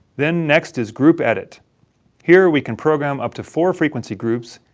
then next is group edit here we can program up to four frequency groups,